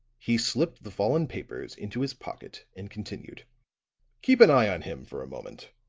he slipped the fallen papers into his pocket and continued keep an eye on him, for a moment.